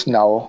now